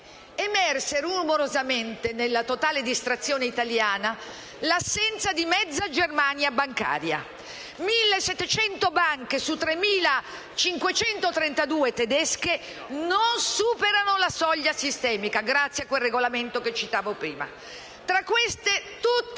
emerse rumorosamente, nella totale distrazione italiana, l'assenza di mezza Germania bancaria: 1.700 banche su 3.532 tedesche non superano la soglia sistemica, grazie a quel regolamento che citavo prima. Tra queste, tutte